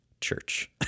church